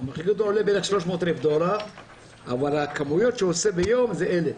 בערך 300 אלף דולר אבל הוא עושה 1,000 בדיקות ביום.